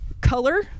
color